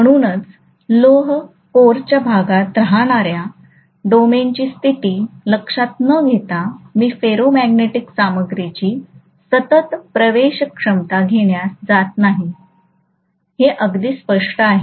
म्हणूनच लोह कोरच्या भागात राहणाऱ्या डोमेनची स्थिती लक्षात न घेता मी फेरोमॅग्नेटिक सामग्रीची सतत प्रवेशक्षमता घेण्यास जात नाही हे अगदी स्पष्ट आहे